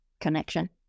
connection